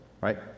right